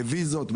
בוויזות.